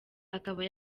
akaba